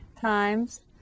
times